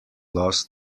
lost